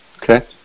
Okay